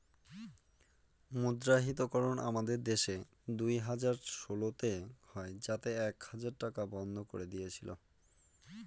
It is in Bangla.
মুদ্রাহিতকরণ আমাদের দেশে দুই হাজার ষোলোতে হয় যাতে এক হাজার টাকা বন্ধ করে দিয়েছিল